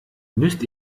müsst